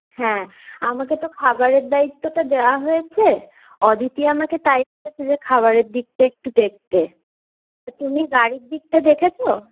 হ্যাঁ আমাকে তো খাবারের দায়িত্বটা দেওয়া হয়েছে অদিতি আমাকে তাই বলেছে যে খাবারের দিকটা একটু দেখতে তুমি গাড়ির দিকটা দেখেছো